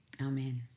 amen